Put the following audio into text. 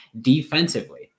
defensively